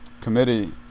committee